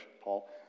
Paul